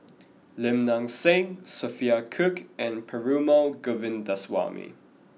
Lim Nang Seng Sophia Cooke and Perumal Govindaswamy